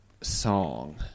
song